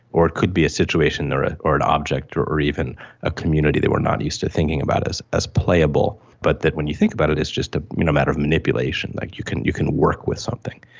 or it could be a situation or ah or an object or or even a community that we are not used to thinking about as as playable, but that when you think about it, it's just a you know matter of manipulation, like you can you can work with something.